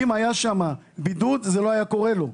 אם היה שם בידוד זה לא היה קורה לו.